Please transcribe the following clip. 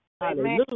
Hallelujah